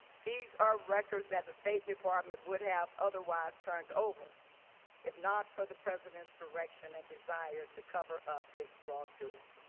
these are records of the state department would have otherwise turned over if not for the presidents direction and desire to cover up his wrongdoing.